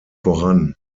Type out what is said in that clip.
voran